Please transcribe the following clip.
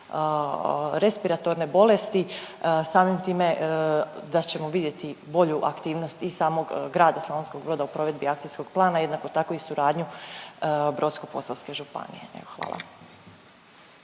respiratorne bolesti, samim time da ćemo vidjeti bolju aktivnosti i samog Grada Slavonskog Broda u provedbi akcijskog plana, jednako tako i suradnju Brodsko-posavske županije. Evo,